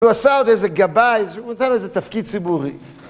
הוא עשה עוד איזה גבאי, הוא נתן לו איזה תפקיד ציבורי.